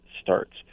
starts